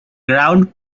ground